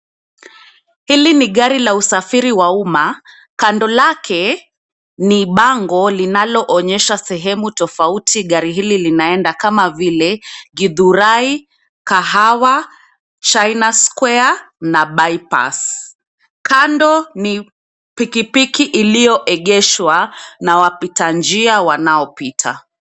Hili ni gari la usafiri wa uma, kando lake ni bango linalo onyesha sehemu tofauti gari hili linaenda kama vile githurai kahawa, china square na bypass. Kando ni pikipiki iliyoegeshwa na wanapita njia wanaopita.